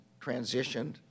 transitioned